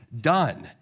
done